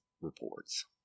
reports